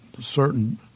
certain